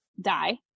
die